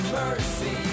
mercy